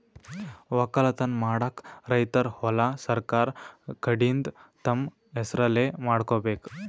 ವಕ್ಕಲತನ್ ಮಾಡಕ್ಕ್ ರೈತರ್ ಹೊಲಾ ಸರಕಾರ್ ಕಡೀನ್ದ್ ತಮ್ಮ್ ಹೆಸರಲೇ ಮಾಡ್ಕೋಬೇಕ್